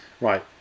right